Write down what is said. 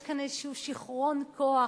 יש כאן איזשהו שיכרון-כוח